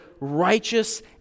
righteous